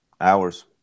hours